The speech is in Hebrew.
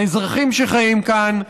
לאזרחים שחיים כאן,